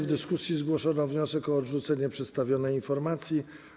W dyskusji zgłoszono wniosek o odrzucenie przedstawionej informacji.